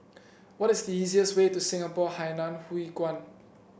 what is the easiest way to Singapore Hainan Hwee Kuan